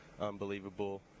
unbelievable